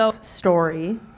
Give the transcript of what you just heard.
story